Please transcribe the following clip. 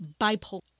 bipolar